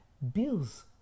Bills